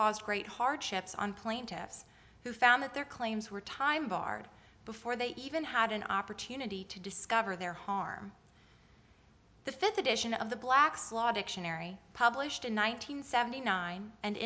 caused great hardships on plaintiffs who found that their claims were time barred before they even had an opportunity to discover their harm the fifth edition of the black's law dictionary published in one nine hundred seventy nine and